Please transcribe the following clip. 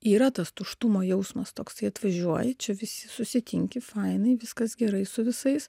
yra tas tuštumo jausmas toksai atvažiuoji čia visi susitinki fainai viskas gerai su visais